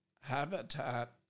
Habitat